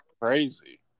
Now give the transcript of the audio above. crazy